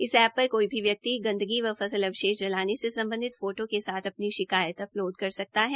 इस ऐप पर कोई भी व्यक्ति गंदगी व फसल अवशेष जलाने से सम्बन्धित फोटो के साथ अपनी शिकायत अपलोड कर सकता है